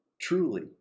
truly